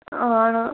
ആണോ